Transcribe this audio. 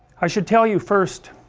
i should tell you first